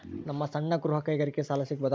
ನಮ್ಮ ಸಣ್ಣ ಗೃಹ ಕೈಗಾರಿಕೆಗೆ ಸಾಲ ಸಿಗಬಹುದಾ?